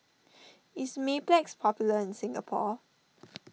is Mepilex popular in Singapore